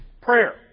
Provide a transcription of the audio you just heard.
Prayer